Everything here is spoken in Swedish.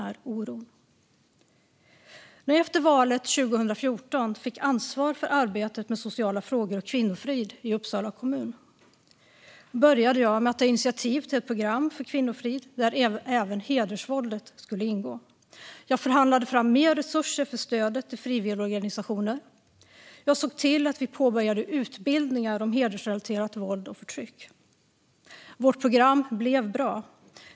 När jag efter valet 2014 fick ansvar för arbetet med sociala frågor och kvinnofrid i Uppsala kommun började jag med att ta initiativ till ett program för kvinnofrid där även hedersvåldet skulle ingå. Jag förhandlade fram mer resurser för stödet till frivilligorganisationer. Jag såg till att vi påbörjade utbildningar om hedersrelaterat våld och förtryck. Vårt program blev bra.